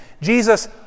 Jesus